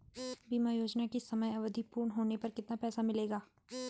बीमा योजना की समयावधि पूर्ण होने पर कितना पैसा मिलेगा?